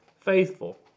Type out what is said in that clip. faithful